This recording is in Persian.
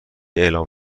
اعلام